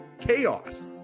Chaos